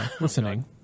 listening